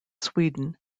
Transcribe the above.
sweden